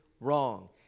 wrong